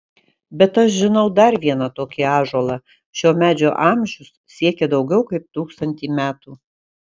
bet aš žinau dar vieną tokį ąžuolą šio medžio amžius siekia daugiau kaip tūkstantį metų